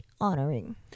honoring